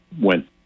went